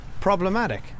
Problematic